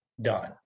done